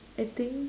I think